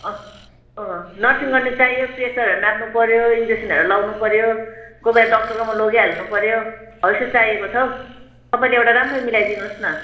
nursing गर्ने चाहियो प्रेसरहरू नाप्नु पऱ्यो इन्जेकसनहरू लाउनु पऱ्यो कोहीबेला डक्टरकोमा लगिहाल्नु पऱ्यो हो यस्तो चाहिएको छ हौ तपाईँले एउटा राम्रो मिलाइदिनुहोस् न